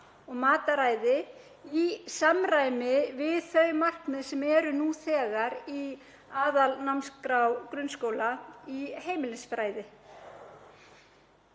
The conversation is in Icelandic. og mataræði í samræmi við þau markmið sem eru nú þegar í aðalnámskrá grunnskóla í heimilisfræði.